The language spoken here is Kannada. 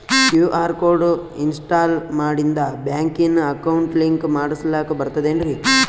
ಕ್ಯೂ.ಆರ್ ಕೋಡ್ ಇನ್ಸ್ಟಾಲ ಮಾಡಿಂದ ಬ್ಯಾಂಕಿನ ಅಕೌಂಟ್ ಲಿಂಕ ಮಾಡಸ್ಲಾಕ ಬರ್ತದೇನ್ರಿ